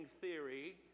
Theory